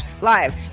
live